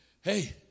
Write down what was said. Hey